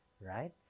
Right